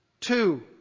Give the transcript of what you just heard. Two